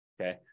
okay